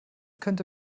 könnte